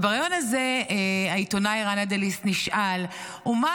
ובריאיון הזה העיתונאי רן אדליסט נשאל: ומה